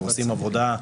עושים עבודה,